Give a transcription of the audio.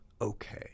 okay